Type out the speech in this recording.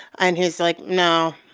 and he was like, no,